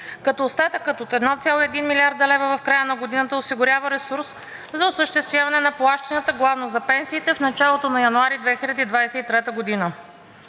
като остатъкът от 1,1 млрд. лв. в края на годината осигурява ресурс за осъществяване на плащанията главно за пенсиите в началото на януари 2023 г.